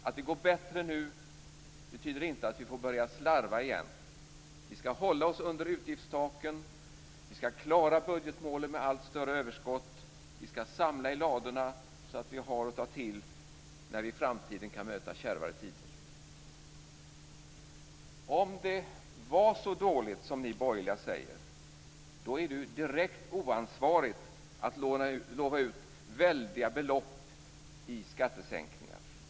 Att det går bättre nu betyder inte att vi får börja slarva igen. Vi skall hålla oss under utgiftstaken. Vi skall klara budgetmålen med allt större överskott. Vi skall samla i ladorna så att vi har att ta till när vi i framtiden kan vänta kärvare tider. Om det var så dåligt som ni borgerliga säger, då är det direkt oansvarigt att lova ut väldiga belopp i skattesänkningar.